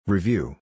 Review